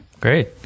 Great